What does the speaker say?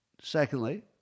Secondly